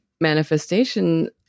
manifestation